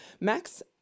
Max